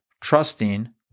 trusting